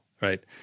right